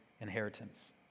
inheritance